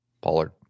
Pollard